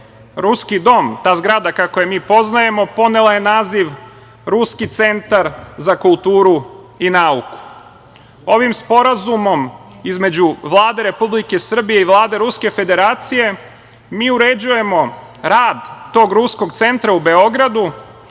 Ruski dom, ta zgrada kako je mi poznajemo, ponela je naziv Ruski centar za kulturu i nauku. Ovim sporazumom između Vlade Republike Srbije i Vlade Ruske Federacije, mi uređujemo rad tog ruskog centra, u Beogradu,